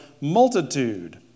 multitude